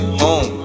home